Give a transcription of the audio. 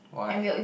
why